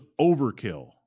overkill